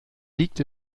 liegt